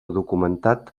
documentat